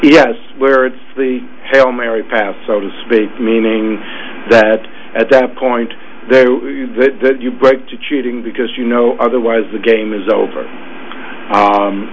yes where it's the hail mary pass so to speak meaning that at that point you break to cheating because you know otherwise the game is over